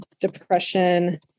depression